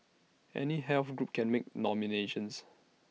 any health group can make nominations